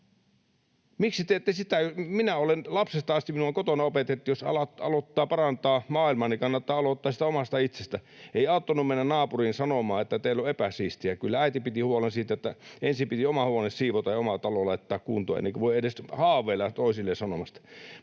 Miksi te ette sitä... Minulle on lapsesta asti kotona opetettu, että jos aloittaa parantaa maailmaa, niin kannattaa aloittaa siitä omasta itsestä. Ei auttanut mennä naapuriin sanomaan, että teillä on epäsiistiä. Kyllä äiti piti huolen siitä, että ensin piti oma huone siivota ja oma talo laittaa kuntoon, ennen kuin voi edes haaveilla toisille sanovansa.